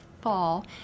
fall